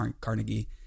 Carnegie